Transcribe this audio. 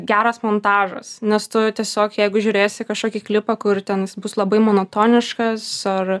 geras montažas nes tu tiesiog jeigu žiūrėsi kažkokį klipą kur ten jis bus labai monotoniškas ar